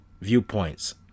viewpoints